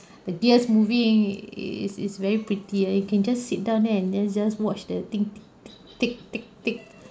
the gears moving is is very pretty ah you can just sit down there and then just watch the thing tick tick tick tick tick